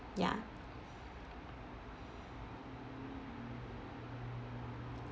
ya